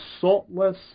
saltless